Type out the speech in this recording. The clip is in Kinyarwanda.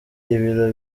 ibiro